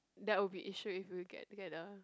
that will be issue if we get together